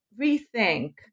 rethink